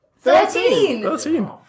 Thirteen